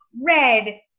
red